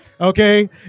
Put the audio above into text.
okay